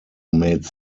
made